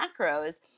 macros